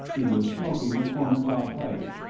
he was smoking a corncob pipe,